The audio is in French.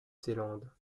zélande